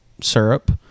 syrup